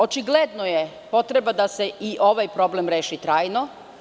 Očigledno je potreba da se i ovaj problem reši trajno.